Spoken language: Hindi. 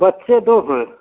बच्चे दो हैं